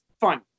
fine